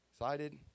excited